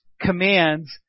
commands